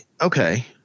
okay